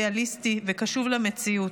ריאליסטי וקשוב למציאות.